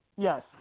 Yes